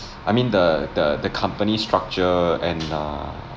I mean the the the company structure and um